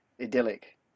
Idyllic